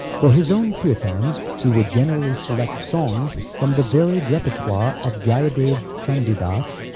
for his own kirtans, he would generally select songs from the varied repertoire of jayadev, chandidas,